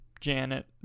Janet